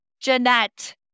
Jeanette